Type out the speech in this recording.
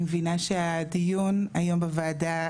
אני מבינה שהדיון היום בוועדה,